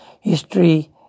history